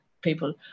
people